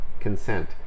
consent